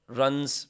runs